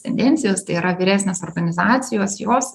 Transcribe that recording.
tendencijos tai yra vyresnės organizacijos jos